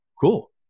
cool